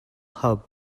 hub